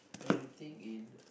everything in